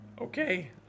Okay